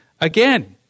again